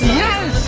yes